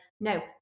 no